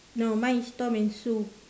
no mine is tom and sue